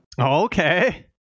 okay